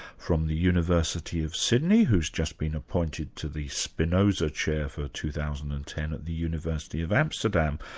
from the university of sydney who's just been appointed to the spinoza chair for two thousand and ten at the university of amsterdam.